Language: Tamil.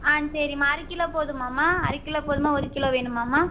ஆ சரிம்மா அரைக்கிலோ போதுமாம்மா அரைக்கிலோ போதுமா ஒரு கிலோ வேணுமாம்மா